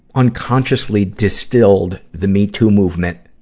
unconsciously distilled the me too movement